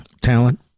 talent